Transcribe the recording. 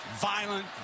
violent